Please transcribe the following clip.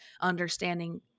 understanding